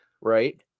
Right